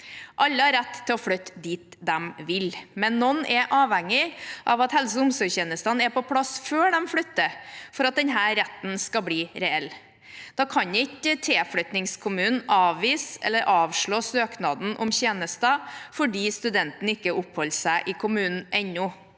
Alle har rett til å flytte dit de vil, men noen er avhengige av at helse- og omsorgstjenestene er på plass før de flytter, for at denne retten skal bli reell. Da kan ikke tilflyttingskommunen avvise eller avslå søknaden om tjenester fordi studenten ikke oppholder seg i kommunen ennå.